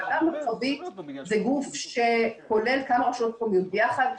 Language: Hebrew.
הוועדה המרחבית זה גוף שכולל כמה רשויות מקומיות יחד.